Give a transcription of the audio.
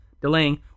delaying